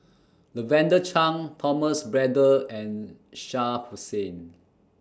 Lavender Chang Thomas Braddell and Shah Hussain